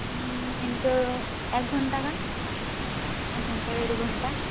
ᱦᱩᱸ ᱤᱱᱠᱟᱹ ᱮᱠ ᱜᱷᱚᱱᱴᱟ ᱜᱟᱱ ᱮᱠ ᱜᱷᱚᱱᱴᱟ ᱰᱮᱲ ᱜᱷᱚᱱᱴᱟ